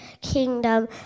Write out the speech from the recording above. kingdom